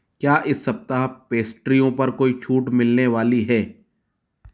क्या इस सप्ताह पेस्ट्रियों पर कोई छूट मिलने वाली है